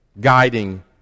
guiding